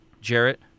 Jarrett